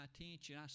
attention